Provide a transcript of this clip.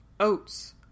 Oats